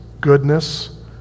goodness